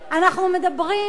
אנחנו מדברים,